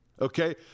okay